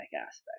aspects